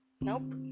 Nope